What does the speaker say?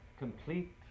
Complete